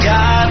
God